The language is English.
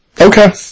Okay